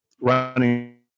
running